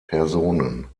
personen